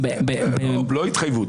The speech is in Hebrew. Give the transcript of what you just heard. לא התחייבות,